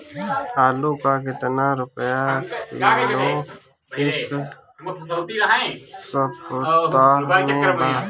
आलू का कितना रुपया किलो इह सपतह में बा?